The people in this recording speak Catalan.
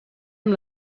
amb